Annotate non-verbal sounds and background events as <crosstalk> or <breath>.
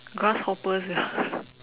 grasshoppers sia <breath>